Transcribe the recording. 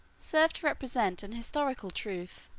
serve to represent an historical truth,